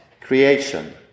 creation